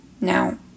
Now